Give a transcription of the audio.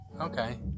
okay